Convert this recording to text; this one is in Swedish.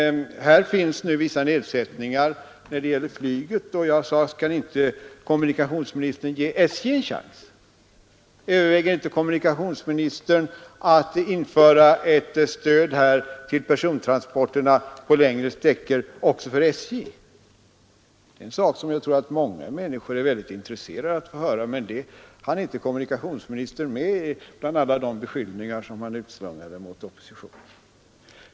Här finns nu vissa nedsättningar när det gäller flyget, och jag frågade: Skall inte kommunikationsministern ge SJ en chans? Överväger inte kommunikationsministern att införa ett stöd till persontransporterna på långa sträckor också för SJ? Det är något som jag tror att många människor är väldigt intresserade av att höra, men de frågorna hann inte kommunikationsministern svara på på grund av alla de beskyllningar som han utslungade mot oppositionen.